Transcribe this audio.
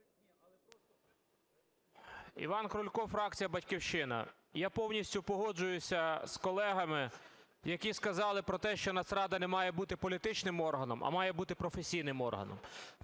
Іван Крулько, фракція "Батьківщина". Я повністю погоджуюсь з колегами, які сказали про те, що Нацрада не має бути політичним органом, а має бути професійним органом.